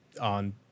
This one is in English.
on